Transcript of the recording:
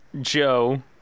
Joe